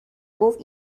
گفت